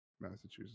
Massachusetts